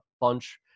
bunch